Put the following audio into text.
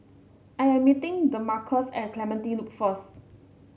I am meeting Demarcus at Clementi Loop first